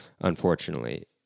unfortunately